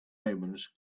omens